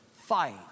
fight